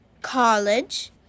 college